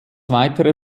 weitere